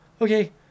okay